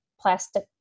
plastic